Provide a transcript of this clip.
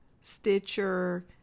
Stitcher